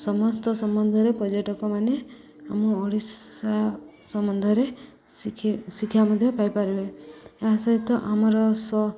ସମସ୍ତ ସମ୍ବଦ୍ଧରେ ପର୍ଯ୍ୟଟକ ମମାନେ ଆମ ଓଡ଼ିଶା ସମ୍ବନ୍ଧରେ ଶିଖି ଶିକ୍ଷା ମଧ୍ୟ ପାଇପାରିବେ ଏହା ସହିତ ଆମର